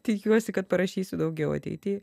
tikiuosi kad parašysiu daugiau ateity